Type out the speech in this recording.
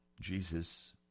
Jesus